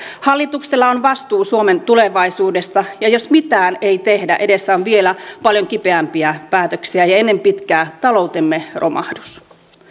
hallituksella on vastuu suomen tulevaisuudesta ja jos mitään ei tehdä edessä on vielä paljon kipeämpiä päätöksiä ja ennen pitkää taloutemme romahdus